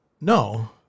No